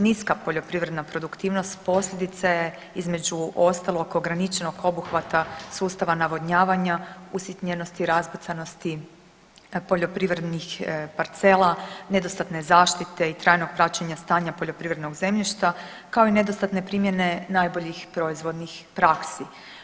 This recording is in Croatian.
Niska poljoprivredna produktivnost posljedica je između ostalog ograničenog obuhvata sustava navodnjavanja, usitnjenosti, razbacanosti poljoprivrednih parcela, nedostatne zaštite i trajnog praćenja stanja poljoprivrednog zemljišta kao i nedostatne primjene najboljih proizvodnih praksi.